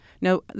Now